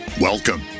Welcome